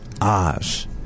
Oz